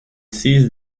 sees